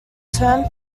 term